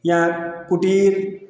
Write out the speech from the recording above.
या कुटीर